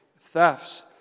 thefts